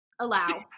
Allow